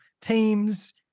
teams